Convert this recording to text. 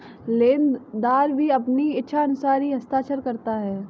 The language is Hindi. लेनदार भी अपनी इच्छानुसार ही हस्ताक्षर करता है